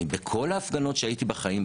בכל ההפגנות שהייתי בהן בחיים,